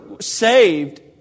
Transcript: saved